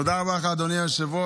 תודה רבה לך, אדוני היושב-ראש.